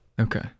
Okay